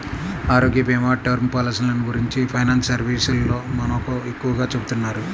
ఆరోగ్యభీమా, టర్మ్ పాలసీలను గురించి ఫైనాన్స్ సర్వీసోల్లు మనకు ఎక్కువగా చెబుతున్నారు